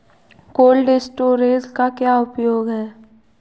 Cold storage का क्या उपयोग है?